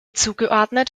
zugeordnet